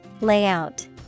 Layout